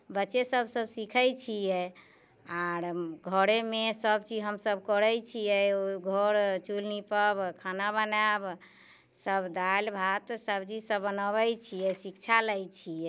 बच्चेसभसँ सिखै छियै आओर घरेमे सभचीज हमसभ करैत छियै ओ घर चुल्हि नीपब खाना बनायब सभ दालि भात सब्जी सभ बनबैत छियै शिक्षा लैत छियै